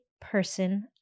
person